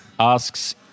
asks